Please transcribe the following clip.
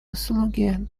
услуги